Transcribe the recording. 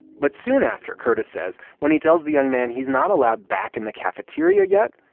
but soon after, curtis says, when he tells the young man he's not allowed back in the cafeteria yet,